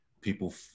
people